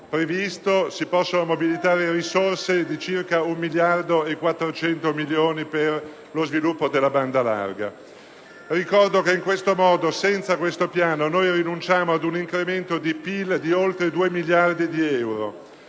previsto si possono mobilitare risorse di circa 1,4 miliardi di euro per lo sviluppo della banda larga. Ricordo che senza questo piano rinunciamo ad un incremento di PIL di oltre 2 miliardi di euro;